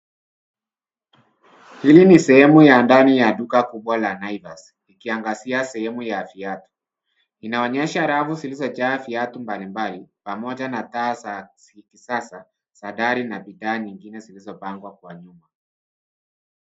Hili ni sehemu ya ndani ya duka kubwa la Naivas ikiangazia sehemu ya viatu. Inaonyesha rafu zilizo jaa viatu mbalimbali pamoja na taa za kisasa za dari na bidaa nyingine zilizopangwa kwa nyuma.